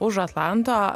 už atlanto